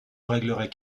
réglerait